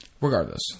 Regardless